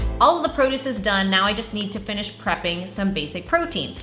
all of the produce is done, now i just need to finish prepping some basic protein.